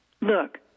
Look